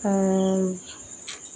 আর